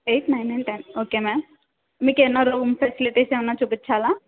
eight nine and ten okay ma'am మీకు ఏమైనా room facilities ఏమైనా చూపించ్చాలా